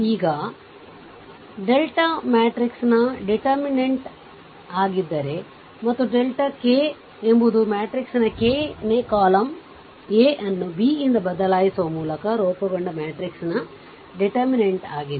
ಈಗ delta matrix ನ determinant ಆಗಿದ್ದರೆ ಮತ್ತು ಡೆಲ್ಟಾ ಕೆ ಎಂಬುದು ಮ್ಯಾಟ್ರಿಕ್ಸ್ನ ಕೆನೇ ಕಾಲಮ್ A ಅನ್ನು B ಯಿಂದ ಬದಲಾಯಿಸುವ ಮೂಲಕ ರೂಪುಗೊಂಡ ಮ್ಯಾಟ್ರಿಕ್ಸ್ನ ಡಿಟೇರ್ಮಿನೆಂಟ್ ಆಗಿದೆ